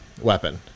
weapon